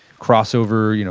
crossover, you know